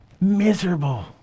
Miserable